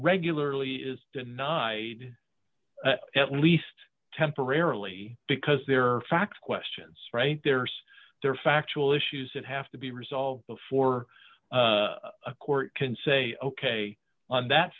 regularly is denied at least temporarily because there are facts questions right there so there are factual issues that have to be resolved before a court can say ok on that